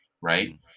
right